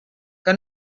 que